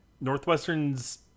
Northwestern's